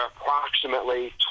approximately